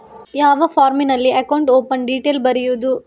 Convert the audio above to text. ಯಾವ ಫಾರ್ಮಿನಲ್ಲಿ account open detail ಬರೆಯುವುದು?